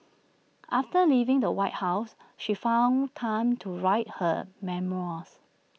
after leaving the white house she found time to write her memoirs